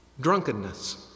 drunkenness